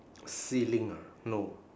ceiling ah no